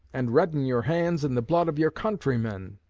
and redden your hands in the blood of your countrymen.